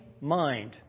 mind